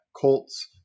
Colts